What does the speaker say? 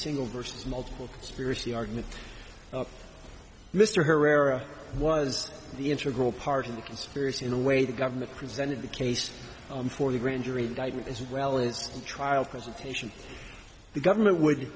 single versus multiple conspiracy argument of mr herrera was the integral part of the conspiracy in a way the government presented the case for the grand jury indictment as well as trial presentation the government would